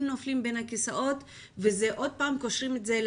נופלים בין הכיסאות ושוב קושרים את זה,